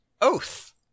Oath